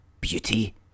beauty